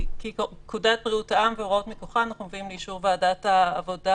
כי פקודת בריאות העם וההוראות מכוחה אנחנו מביאים לאישור ועדת העבודה,